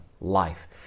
life